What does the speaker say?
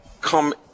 come